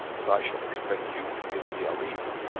and i shall expect you to give me a lead.